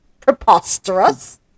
preposterous